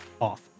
off